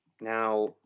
Now